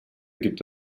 gibt